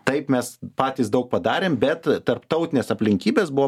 taip mes patys daug padarėm bet tarptautinės aplinkybės buvo